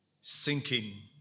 sinking